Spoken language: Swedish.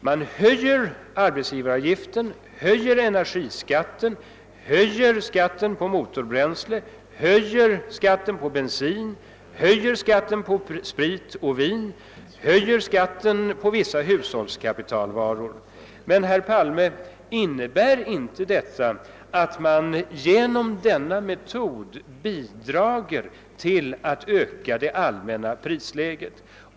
Man höjer arbetsgivaravgiften, energiskatten och skatterna på motorbränsle, bensin, talvaror. Innebär inte detta, herr Palme, att man bidrar till att höja det allmänna prisläget?